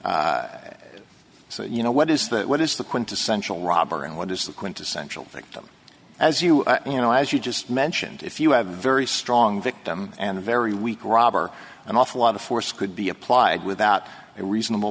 victim so you know what is that what is the quintessential robber and what is the quintessential victim as you you know as you just mentioned if you have a very strong victim and a very weak robber an awful lot of force could be applied without a reasonable